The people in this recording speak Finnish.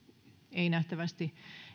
ei nähtävästi